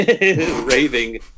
raving